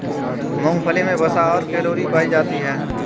मूंगफली मे वसा और कैलोरी पायी जाती है